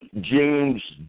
James